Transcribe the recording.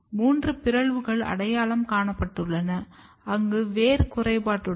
மூன்று பிறழ்வுகள் அடையாளம் காணப்பட்டுள்ளன அங்கு வேர் குறைபாடுடையது